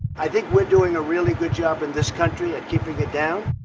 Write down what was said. i think we're doing a really good job in this country at keeping it down.